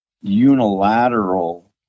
unilateral